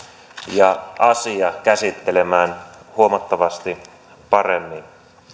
ja asia käsittelemään huomattavasti paremmin